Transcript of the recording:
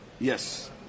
Yes